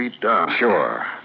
Sure